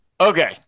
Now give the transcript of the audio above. okay